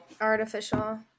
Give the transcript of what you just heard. Artificial